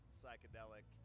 psychedelic